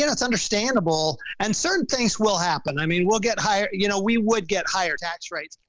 and it's understandable and certain things will happen. i mean, we'll get higher, you know, we would get higher tax rates.